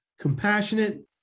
compassionate